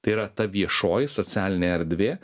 tai yra ta viešoji socialinė erdvė